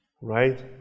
Right